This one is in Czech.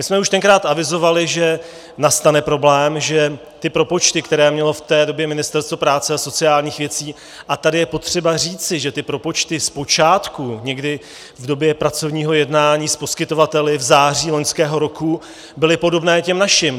My jsme už tenkrát avizovali, že nastane problém, že ty propočty, které mělo v té době Ministerstvo práce a sociálních věcí a tady je potřeba říci, že ty propočty zpočátku, někdy v době pracovního jednání s poskytovateli v září loňského roku, byly podobné těm našim.